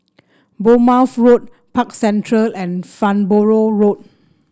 Bournemouth Road Park Central and Farnborough Road